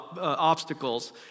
obstacles